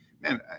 man